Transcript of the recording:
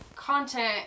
content